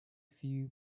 few